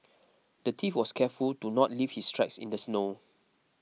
the thief was careful to not leave his tracks in the snow